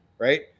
Right